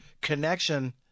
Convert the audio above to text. connection